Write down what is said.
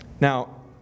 Now